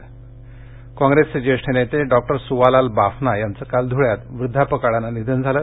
निधन कॉंग्रेसचे ज्येष्ठ नेते डॉक्टर सुवालाल बाफना यांचं काल ध्रुळ्यात वृध्दापकाळानं निघन झालं